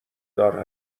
دار